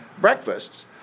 breakfasts